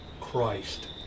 Christ